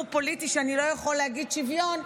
פוליטי שבו אני לא יכול להגיד "שוויון",